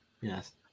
Yes